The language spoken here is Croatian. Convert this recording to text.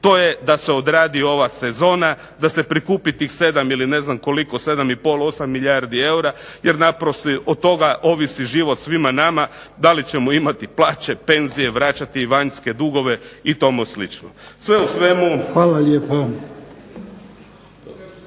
to je da se odradi ova sezona, da se prikupi tih 7 ili ne znam koliko, 7 i pol, 8 milijardi eura, jer naprosto od toga ovisi život svima nama da li ćemo imati plaće, penzije, vraćati vanjske dugove i tomu slično. Sve u svemu. **Jarnjak,